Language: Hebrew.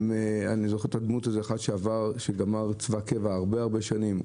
אני זוכר איש שהיה בצבא קבע הרבה שנים.